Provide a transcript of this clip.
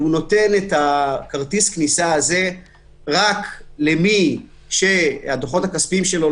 שהוא נותן את כרטיס הכניסה הזה רק למי שהדוחות הכספיים שלו,